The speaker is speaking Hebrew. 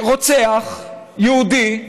רוצח יהודי,